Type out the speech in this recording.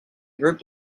group